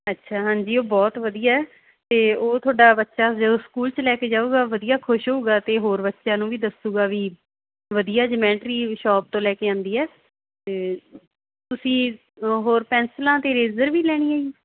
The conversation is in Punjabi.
ਅੱਛਾ ਹਾਂਜੀ ਉਹ ਬਹੁਤ ਵਧੀਆ ਅਤੇ ਉਹ ਤੁਹਾਡਾ ਬੱਚਾ ਜਦੋਂ ਸਕੂਲ 'ਚ ਲੈ ਕੇ ਜਾਊਗਾ ਵਧੀਆ ਖੁਸ਼ ਹੋਊਗਾ ਅਤੇ ਹੋਰ ਬੱਚਿਆਂ ਨੂੰ ਵੀ ਦੱਸੂਗਾ ਵੀ ਵਧੀਆ ਜਮੈਂਟਰੀ ਵੀ ਸ਼ੋਪ ਤੋਂ ਲੈ ਕੇ ਆਉਂਦੀ ਹੈ ਅਤੇ ਤੁਸੀਂ ਹੋਰ ਪੈਨਸਲਾਂ ਅਤੇ ਰੇਜਰ ਵੀ ਲੈਣੀਆਂ